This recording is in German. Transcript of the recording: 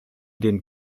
den